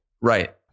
Right